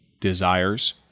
desires